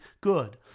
good